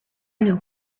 know